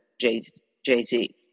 Jay-Z